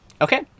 Okay